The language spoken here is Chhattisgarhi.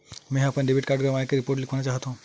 मेंहा अपन डेबिट कार्ड गवाए के रिपोर्ट लिखना चाहत हव